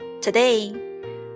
Today